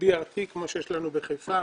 BRT כמו שיש לנו בחיפה,